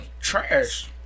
Trash